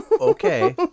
Okay